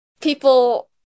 people